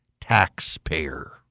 taxpayer